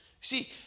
See